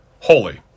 holy